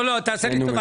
לא לא תעשה לי טובה,